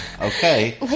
Okay